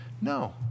No